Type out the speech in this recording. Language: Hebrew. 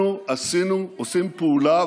אנחנו עושים פעולה,